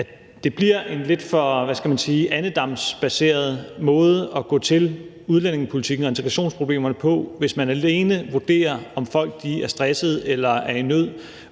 skal man sige, andedamsbaseret måde at gå til udlændingepolitikken og integrationsproblemerne på, hvis man alene vurderer, om folk er stressede eller er i nød,